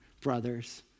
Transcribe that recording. brothers